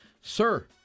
Sir